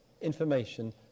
information